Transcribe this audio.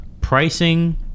pricing